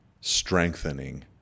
strengthening